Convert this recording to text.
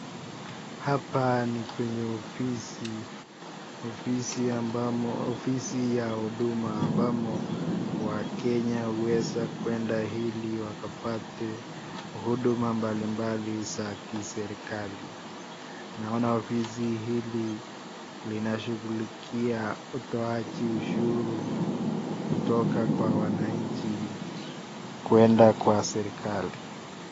Hapa ni kwenye ofisi, ofisi ambamo, ofisi ya huduma, ambamo wakenya hueza kuenda ili wapate huduma mbalimbali za kiserikali, naona ofisi hili lina shughulikia utoaji ushuru kutoka kwa wananchi, kwenda kwa serikali.